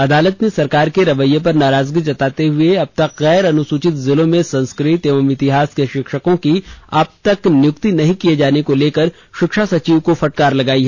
अदालत ने सरकार के रवैये पर नाराजगी जताते हुए अबतक गैर अनुसूचित जिलों में संस्कृत एवं इतिहास के शिक्षकों की अब तक नियुक्ति नहीं किये जाने को लेकर शिक्षा सचिव को फटकार लगायी